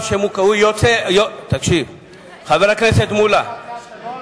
חבר הכנסת מולה,